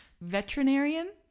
Veterinarian